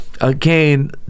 again